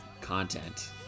content